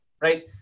right